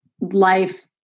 life